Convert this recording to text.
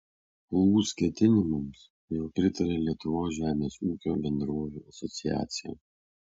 lūs ketinimams jau pritarė lietuvos žemės ūkio bendrovių asociacija